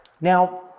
Now